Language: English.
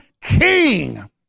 king